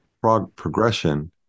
progression